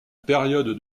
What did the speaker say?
période